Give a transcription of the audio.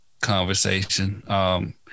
conversation